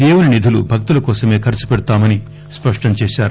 దేవుడి నిధులు భక్తుల కోసమే ఖర్చుపెడతామని స్పష్టం చేశారు